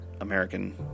American